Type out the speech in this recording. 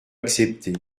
acceptés